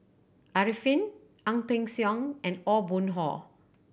Arifin Ang Peng Siong and Aw Boon Haw